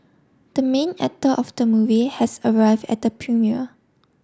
the main actor of the movie has arrived at the premiere